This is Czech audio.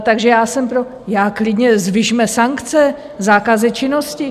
Takže já jsem pro, klidně zvyšme sankce, zákazy činnosti.